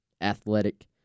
athletic